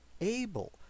able